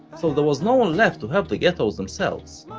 so there was no one left to help the ghettoes themselves.